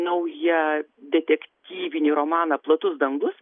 naują detektyvinį romaną platus dangus